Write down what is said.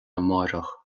amárach